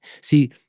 see